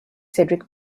cedric